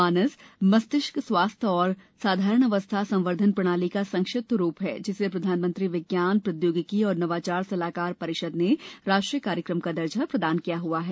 मानस मस्तिष्क स्वास्थ्य और साधारण अवस्था संवर्द्धन प्रणाली का संक्षिप्त रूप है जिसे प्रधानमंत्री विज्ञान प्रौद्योगिकी और नवाचार सलाहकार परिषद ने राष्ट्रीय कार्यक्रम का दर्जा प्रदान किया हुआ है